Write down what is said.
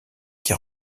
qui